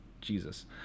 jesus